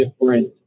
different